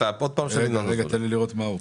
הפנייה היא על מנהרות הכותל.